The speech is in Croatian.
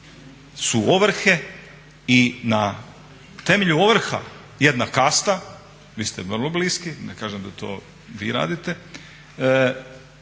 ovrhe i na temelju ovrha jedna kasta, vi ste vrlo bliski, ne kažem da vi to radite,